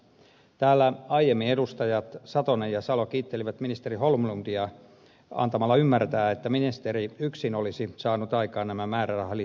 täällä aiemmin edustajat satonen ja salo kiittelivät ministeri holmlundia antamalla ymmärtää että ministeri yksin olisi saanut aikaan nämä määrärahalisäykset